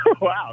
Wow